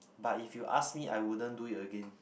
but if you ask me I wouldn't do it again